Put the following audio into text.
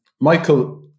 Michael